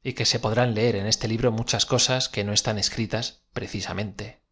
objeción que se podrán leer en este libro m u c h cosas que no están escritas precisamente